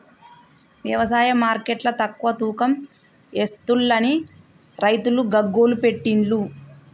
వ్యవసాయ మార్కెట్ల తక్కువ తూకం ఎస్తుంలని రైతులు గగ్గోలు పెట్టిన్లు